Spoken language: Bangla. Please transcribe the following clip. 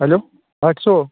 হ্যালো একশো